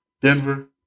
Denver